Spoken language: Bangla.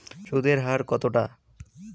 সুদের হার কতটা?